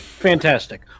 Fantastic